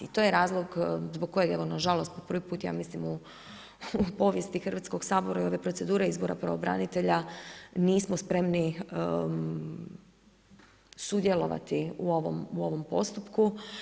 I to je razlog zbog kojeg evo nažalost po prvi put ja mislim u povijesti Hrvatskog sabora i ove procedure izbora pravobranitelja nismo spremni sudjelovati u ovom postupku.